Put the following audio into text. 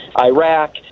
Iraq